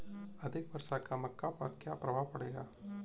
अधिक वर्षा का मक्का पर क्या प्रभाव पड़ेगा?